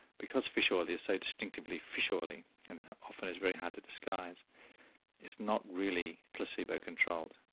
because fish oil is so distinctively fish oily and often is very hard to disguise it's not really placebo controlled.